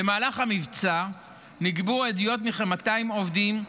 במהלך המבצע נגבו עדויות מכ-200 עובדים,